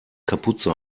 kapuze